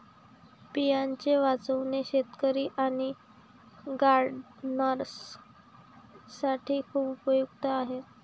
बियांचे वाचवणे शेतकरी आणि गार्डनर्स साठी खूप उपयुक्त आहे